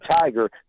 Tiger